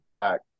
back